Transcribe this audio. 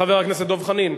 חבר הכנסת דב חנין,